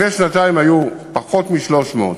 לפני שנתיים היו פחות מ-300,